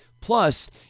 Plus